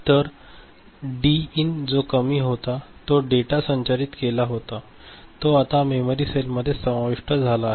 तर D in जो कमी होता तो डेटा संचारित केला होता तो आता मेमरी सेलमध्ये समाविष्ट झाला आहे